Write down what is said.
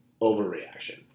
Overreaction